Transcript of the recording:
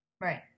Right